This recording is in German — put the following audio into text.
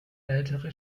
ältere